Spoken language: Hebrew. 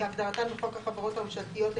כהגדרתן בחוק החברות הממשלתיות,